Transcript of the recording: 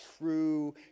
true